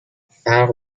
فرق